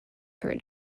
heard